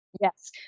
Yes